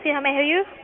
you know i help you?